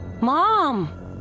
Mom